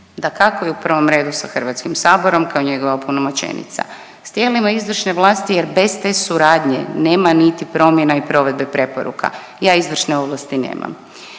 dakako i u prvom redu sa HS kao njegova opunomoćenica i s tijelima izvršne vlasti jer bez te suradnje nema niti promjena i provedbe preporuka, ja izvršne ovlasti nemam.